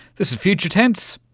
this is future tense,